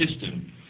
system